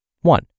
One